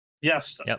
Yes